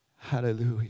Hallelujah